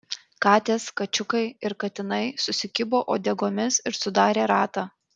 katės kačiukai ir katinai susikibo uodegomis ir sudarė ratą